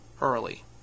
early